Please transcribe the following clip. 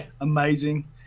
amazing